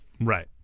Right